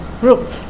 group